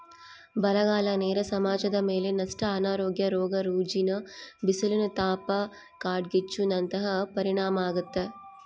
ಬರಗಾಲ ನೇರ ಸಮಾಜದಮೇಲೆ ನಷ್ಟ ಅನಾರೋಗ್ಯ ರೋಗ ರುಜಿನ ಬಿಸಿಲಿನತಾಪ ಕಾಡ್ಗಿಚ್ಚು ನಂತಹ ಪರಿಣಾಮಾಗ್ತತೆ